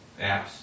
apps